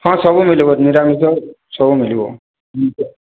ହଁ ସବୁ ମିଳିବ ନିରାମିଷ ସବୁ ମିଳିବ